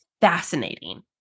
fascinating